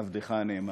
עבדך הנאמן.